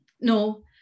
no